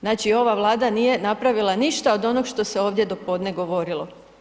Znači ova Vlada nije napravila ništa od onoga što se ovdje do podne govorilo.